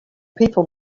people